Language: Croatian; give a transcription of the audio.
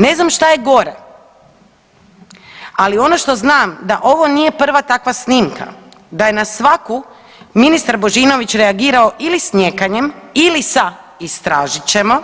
Ne znam šta je gore, ali ono što znam da ovo nije prva takva snimka, da je na svaku ministar Božinović reagirao ili s nijekanjem ili sa istražit ćemo,